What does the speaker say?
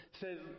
says